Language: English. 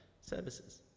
services